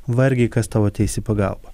vargiai kas tau ateis į pagalbą